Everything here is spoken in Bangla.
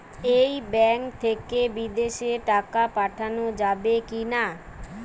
এই ব্যাঙ্ক থেকে বিদেশে টাকা পাঠানো যাবে কিনা?